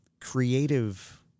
creative